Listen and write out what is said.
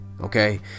okay